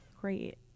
great